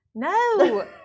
No